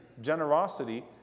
generosity